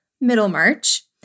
Middlemarch